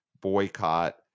boycott